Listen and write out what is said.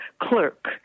clerk